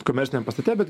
komerciniam pastate bet